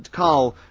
karl,